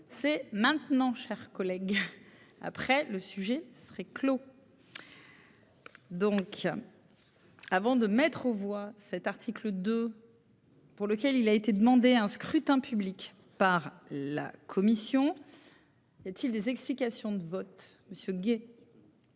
C'est maintenant, chers collègues. Après le sujet serait clos.-- Donc. Avant de mettre aux voix cet article de.-- Pour lequel il a été demandé un scrutin public par la commission. Y a-t-il des explications de vote, monsieur Guy.--